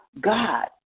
God